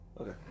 Okay